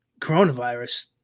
coronavirus